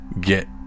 get